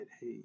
hey